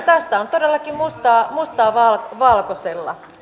tästä on todellakin mustaa valkoisella